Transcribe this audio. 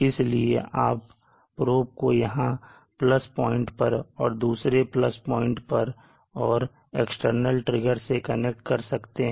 इसलिए आप probe को यहां प्लस पॉइंट पर और दूसरे प्लस पॉइंट पर और एक्सटर्नल ट्रिगर से कनेक्ट कर सकते हैं